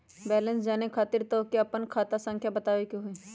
Balance जाने खातिर तोह के आपन खाता संख्या बतावे के होइ?